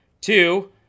Two